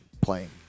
playing